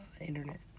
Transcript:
internet